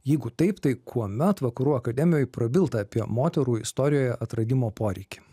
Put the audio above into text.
jeigu taip tai kuomet vakarų akademijoj prabilta apie moterų istorijoje atradimo poreikį